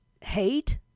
Hate